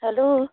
hello